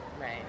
Right